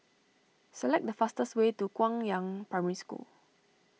select the fastest way to Guangyang Primary School